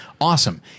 awesome